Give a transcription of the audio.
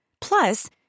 Plus